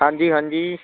ਹਾਂਜੀ ਹਾਂਜੀ